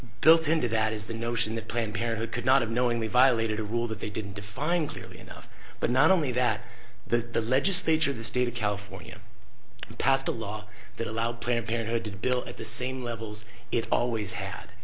built into that is the notion that planned parenthood could not have knowingly violated a rule that they didn't define clearly enough but not only that the legislature the state of california passed a law that allowed planned parenthood to bill at the same levels it always had